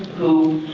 who